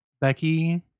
Becky